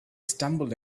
stumbled